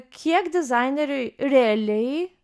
kiek dizaineriui realiai